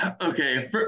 okay